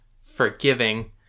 forgiving